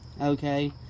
okay